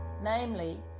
namely